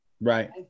Right